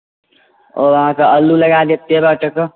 आओर अहाँकेॅं आलू लगा देब तेरह टके